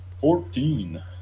fourteen